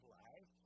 life